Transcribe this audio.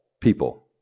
people